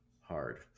hard